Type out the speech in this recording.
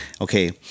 okay